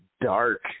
dark